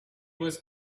was